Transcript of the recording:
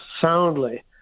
soundly